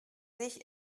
sich